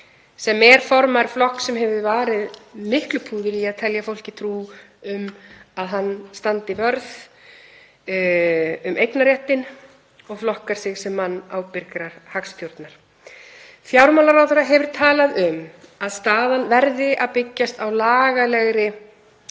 sem er formaður flokks sem hefur varið miklu púðri í að telja fólki trú um að hann standi vörð um eignarréttinn og flokkar sig sem mann ábyrgrar hagstjórnar. Fjármálaráðherra hefur talað um að staðan verði að byggjast á lagalegri